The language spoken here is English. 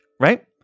right